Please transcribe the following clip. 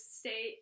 stay